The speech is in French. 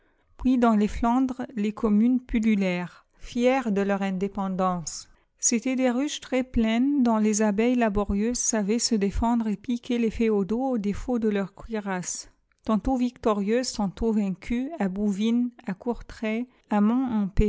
puis dans les flandres les communes pullulèrent fières de leur indépendance c'étaient des ruches très pleines dont les abeilles laborieuses savaient se défendre et piquaient les féodaux au défaut de leur cuirasse tantôt victorieuses tantôt vaincues à bouvines à courtray